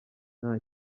nta